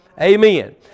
Amen